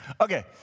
Okay